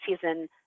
season